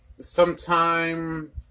sometime